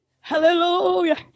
hallelujah